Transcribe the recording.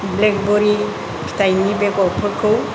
blackberry फिथाइनि बेगरफोरखौ